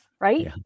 right